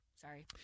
Sorry